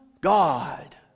God